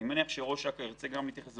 אני מניח שראש אכ"א ירצה גם להתייחס לזה.